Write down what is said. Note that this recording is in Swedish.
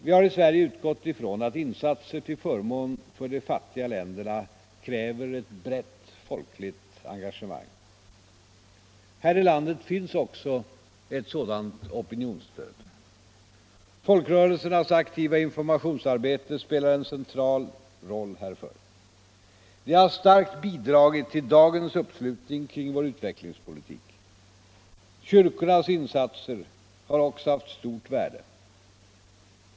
Vi har i Sverige utgått ifrån att insatser till förmån för de fattiga länderna kräver ett brett folkligt engagemang. Här i landet finns också ett sådant opinionsstöd. Folkrörelsernas aktiva informationsarbete spelar en central roll härför. Det har starkt bidragit till dagens uppslutning kring vår utvecklingspolitik. Kyrkornas insatser har också haft stort värde.